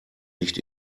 nicht